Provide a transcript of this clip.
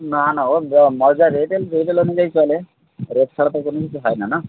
না না ও যা রেট রেটের অনুযায়ী চলে রেট ছাড়া তো কোনো কিছু হয় না না